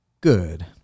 Good